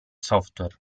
software